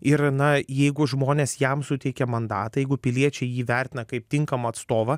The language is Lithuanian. ir na jeigu žmonės jam suteikia mandatą jeigu piliečiai jį vertina kaip tinkamą atstovą